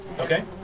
Okay